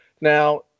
now